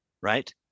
right